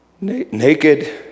naked